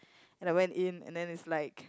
and I went in and then it's like